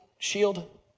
shield